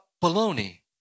bologna